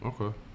Okay